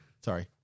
Sorry